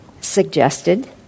suggested